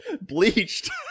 bleached